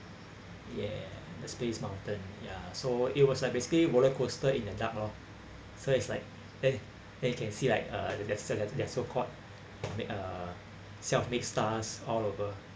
ya the space mountain ya so it was like basically roller coaster in the dark lor so it's like they they can see like uh they're still this their so called make uh self-made stars all over